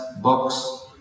books